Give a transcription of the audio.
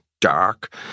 dark